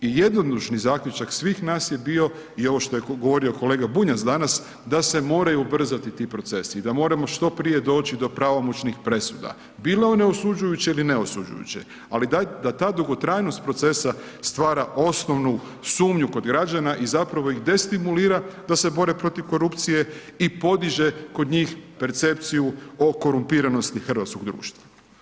I jednodušni zaključak svih nas je bio je ovo što je govorio kolega Bunjac danas, da se moraju ubrzati ti procesi i da moramo što prije doći do pravomoćnih presuda, bile one osuđujuće ili ne osuđujuće ali dajte da ta dugotrajnost procesa stvara osnovnu sumnju kod građana i zapravo ih destimulira da se bore protiv korupcije i podiže kod njih percepciju o korumpiranosti hrvatskog društva.